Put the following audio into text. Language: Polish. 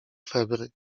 febry